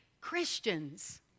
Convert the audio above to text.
Christians